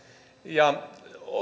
ja